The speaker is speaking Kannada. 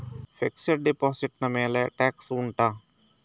ಫಿಕ್ಸೆಡ್ ಡೆಪೋಸಿಟ್ ನ ಮೇಲೆ ಟ್ಯಾಕ್ಸ್ ಉಂಟಾ